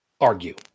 argue